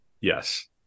Yes